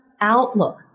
outlook